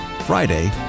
Friday